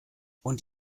und